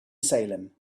salem